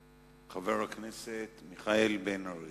הצעה לסדר-היום שמספרה 114. חבר הכנסת מיכאל בן-ארי.